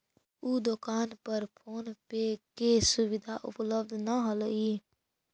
उ दोकान पर फोन पे के सुविधा उपलब्ध न हलई